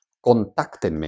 contáctenme